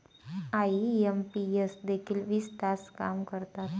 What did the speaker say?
IMPS देखील वीस तास काम करतात?